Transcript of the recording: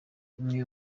imwe